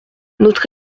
notre